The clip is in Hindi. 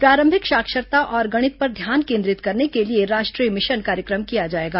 प्रारंभिक साक्षरता और गणित पर ध्यान केंद्रित करने के लिए राष्ट्रीय मिशन कार्यक्रम किया जाएगा